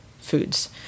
foods